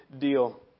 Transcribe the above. deal